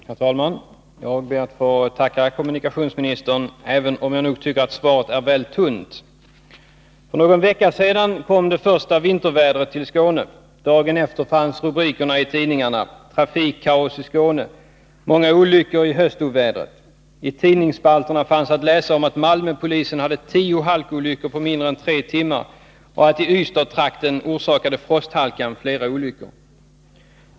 Herr talman! Jag ber att få tacka kommunikationsministern för svaret, även om jag tycker att det är väl tunt. För någon vecka sedan kom det första vintervädret till Skåne. Dagen efter fanns följande rubriker i tidningarna: ”Trafikkaos i Skåne”, ”Många olyckor ihöstovädret”. I tidningsspalterna kunde man läsa att Malmöpolisen hade 10 halkolyckor på mindre än tre timmar och att frosthalkan i Ystadstrakten orsakade flera olyckor.